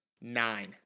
Nine